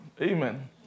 Amen